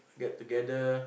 get together